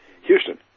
Houston